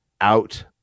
out